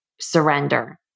surrender